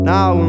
Now